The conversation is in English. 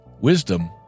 Wisdom